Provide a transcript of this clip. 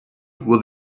would